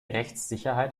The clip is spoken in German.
rechtssicherheit